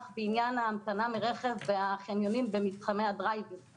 בעניין ההמתנה מרכב והחניונים במתחמי דרייב אין.